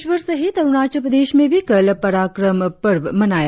देशभर सहित अरुणाचल प्रदेश ने भी कल पराक्रम पर्व मनाया